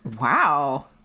Wow